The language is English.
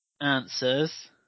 answers